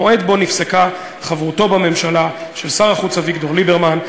המועד שבו נפסקה חברותו בממשלה של שר החוץ אביגדור ליברמן,